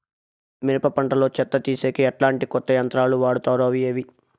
మిరప పంట లో చెత్త తీసేకి ఎట్లాంటి కొత్త యంత్రాలు వాడుతారు అవి ఏవి?